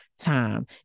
time